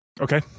okay